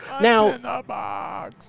Now